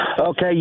Okay